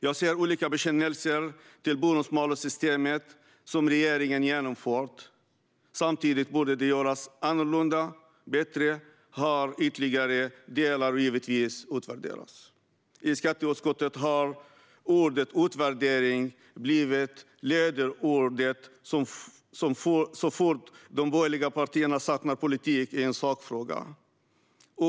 Jag ser olika bekännelser till bonus-malus-systemet, som regeringen genomfört, samtidigt som det borde göras annorlunda, bättre, innehålla ytterligare delar och givetvis utvärderas. I skatteutskottet har ordet utvärdering blivit ledord så fort de borgerliga partierna saknar politik i en sakfråga.